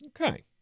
Okay